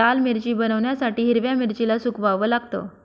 लाल मिरची बनवण्यासाठी हिरव्या मिरचीला सुकवाव लागतं